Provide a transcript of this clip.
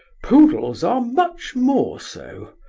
poodles are much more so.